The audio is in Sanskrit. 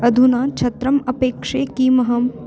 अधुना छत्रम् अपेक्ष्ये किमहं